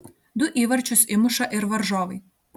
du įvarčius įmuša ir varžovai